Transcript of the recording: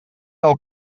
del